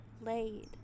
laid